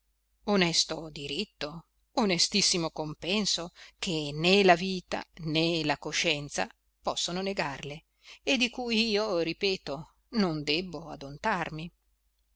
onesto diritto onestissimo compenso che né la vita né la coscienza possono negarle e di cui io ripeto non debbo